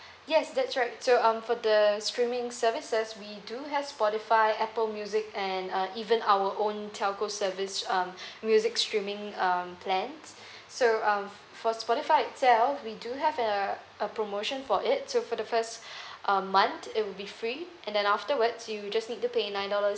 yes that's right so um for the streaming services we do has Spotify Apple music and uh even our own telco service um music streaming um plans so um for Spotify itself we do have uh a promotion for it so for the first um month it will be free and then afterwards you just need to pay nine dollars